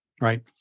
Right